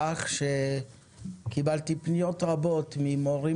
זה קרה במקביל לכך קיבלתי פניות רבות ממורים